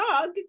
dog